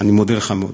אני מודה לך מאוד.